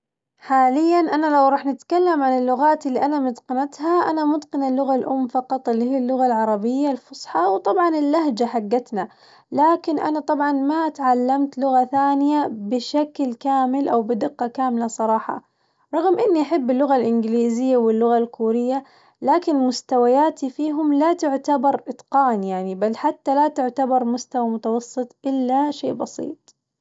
حاتياً أنا لو راح نتكلم على اللغات اللي أنا متقنتها أنا متقنة اللغة الأم فقط اللي هي اللغة العربية الفصحى وطبعاً اللهجة حقتنا، لكن أنا طبعاً ما تعلمت لغة ثانية بشكل كامل أو بدقة كاملة صراحة، رغم إني أحب اللغة الإنجليزية واللغة الكورية لكن مستوياتي فيهم لا تعتبر اتقان يعني، بل حتى لا تعتبر مستوى متوسط إلا شيء بسيط.